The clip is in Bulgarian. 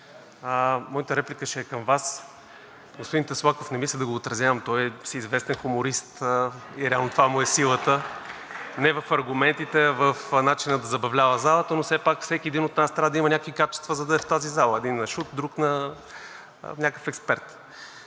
моята реплика ще е към Вас. Господин Таслаков не мисля да го отразявам, той е всеизвестен хуморист и реално в това му е силата – не в аргументите, а в начина да забавлява залата. Все пак всеки един от нас трябва да има някакви качества, за да е в тази зала – един на шут, а друг на някакъв експерт.